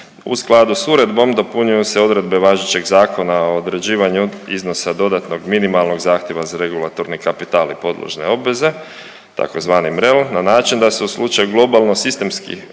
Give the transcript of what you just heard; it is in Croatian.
U skladu s Uredbom dopunjuju se odredbe važećeg Zakona o određivanju iznosa dodatnog minimalnog zahtjeva za regulatorni kapital i podložne obveze, tzv. MREL na način da se u slučaju globalno sistemskih